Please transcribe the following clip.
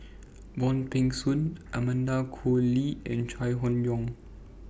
Wong Peng Soon Amanda Koe Lee and Chai Hon Yoong